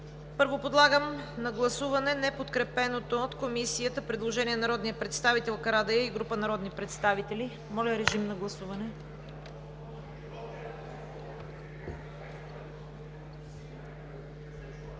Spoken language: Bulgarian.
Първо, подлагам на гласуване неподкрепеното от Комисията предложение на народния представител Карадайъ и група народни представители. (Народни представители